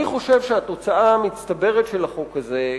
אני חושב שהתוצאה המצטברת של החוק הזה,